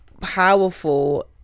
powerful